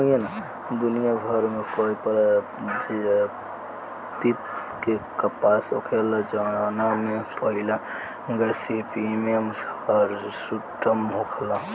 दुनियाभर में कई प्रजाति के कपास होखेला जवना में पहिला गॉसिपियम हिर्सुटम होला